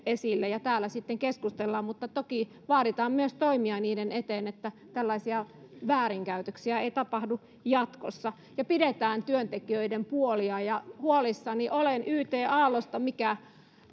esille ja täällä niistä sitten keskustellaan mutta toki vaaditaan myös toimia sen eteen että tällaisia väärinkäytöksiä ei tapahdu jatkossa ja pidetään työntekijöiden puolia huolissani olen yt aallosta mikä